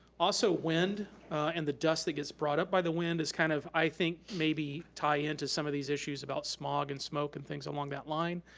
also wind and the dust that gets brought up by the wind, is kinda, kind of i think, maybe, tie in to some of these issues about smog and smoke and things along that line.